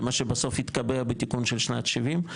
זה מה שבסוף התקבע בתיקון של שנת ה-70'.